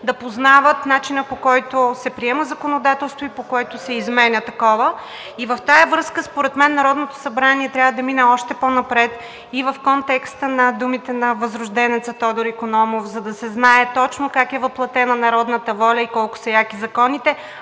да познават начина, по който се приема законодателство и по който се изменя такова. Във връзка с това според мен Народното събрание трябва да мине още по-напред и в контекста на думите на възрожденеца Тодор Икономов, за да се знае точно как е въплътена народната воля и колко са яки законите.